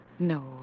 No